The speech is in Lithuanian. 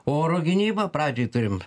oro gynyba pradžiai turim